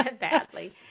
Badly